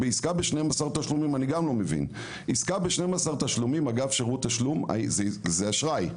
בעסקה ב-12 תשלומים אגב שירות תשלום זה אשראי,